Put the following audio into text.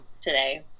today